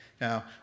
Now